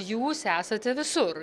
jūs esate visur